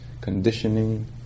conditioning